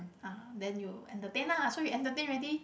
uh then you entertain lah so you entertain already